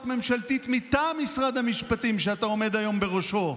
ממשלתית מטעם משרד המשפטים שאתה עומד היום בראשו,